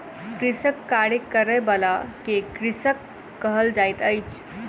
कृषिक कार्य करय बला के कृषक कहल जाइत अछि